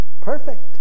perfect